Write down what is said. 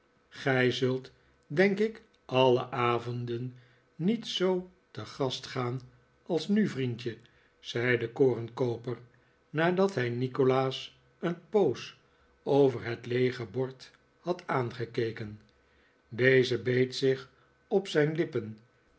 gij zult denk ik alle avonden niet zoo te gast gaan als nu vriendje zei de korenkooper nadat hij nikolaas een poos over het leege bord had aangekeken deze beet zich op zijn lippen